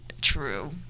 True